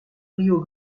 rio